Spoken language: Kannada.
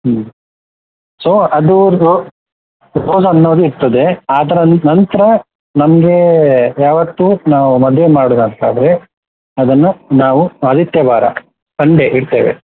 ಹ್ಞೂ ಸೋ ಅದೂ ರೋಝ್ ಅನ್ನೋದು ಇರ್ತದೆ ಅದರ ನಂತರ ನಮಗೆ ಯಾವತ್ತು ನಾವು ಮದುವೆ ಮಾಡುದು ಅಂತಾದರೆ ಅದನ್ನು ನಾವು ಆದಿತ್ಯವಾರ ಸಂಡೇ ಇಡ್ತೇವೆ